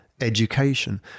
education